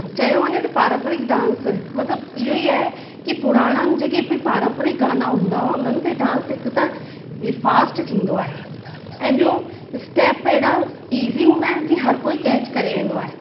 चयो वञे त पारंपरिक डांस मतिलब इयो ई आहे की पुराणनि जेके बि पारंपरिक गाना हूंदा उन्हनि ते डांस हिकु त फास्ट थींदो आए ऐं ॿियों स्टैप एड़ा इज़ी हूंदा आहिनि की हर कोई कैच करे वेंदो आहे